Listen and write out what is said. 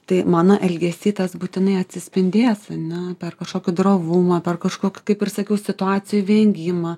tai mano elgesy tas būtinai atsispindės ane per kažkokį drovumą per kažkokį kaip ir sakiau situacijų vengimą